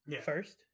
first